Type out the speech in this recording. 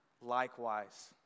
likewise